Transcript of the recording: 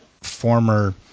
former